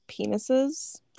penises